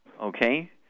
okay